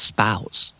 Spouse